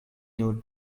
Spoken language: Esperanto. nur